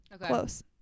Close